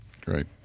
Great